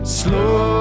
slow